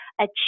achieve